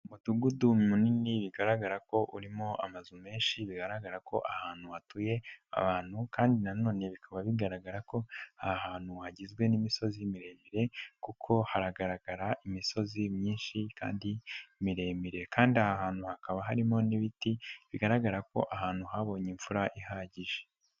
Umudugudu munini bigaragara ko urimo amazu menshi, bigaragara ko ahantu hatuye abantu kandi na none bikaba bigaragara ko aha hantu hagizwe n'imisozi miremire kuko haragaragara imisozi myinshi kandi miremire kandi aha hantu hakaba harimo n'ibiti bigaragara ko ahantu habonye imfura ihagije.